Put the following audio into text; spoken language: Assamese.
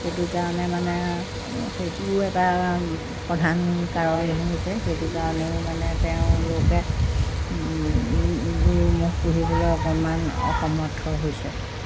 সেইটো কাৰণে মানে সেইটোও এটা প্ৰধান কাৰণ হৈছে সেইটো কাৰণেও মানে তেওঁলোকে গৰু ম'হ পুহিবলৈ অকণমান অসমৰ্থ হৈছে